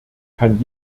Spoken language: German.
kann